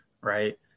right